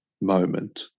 moment